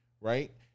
right